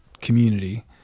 community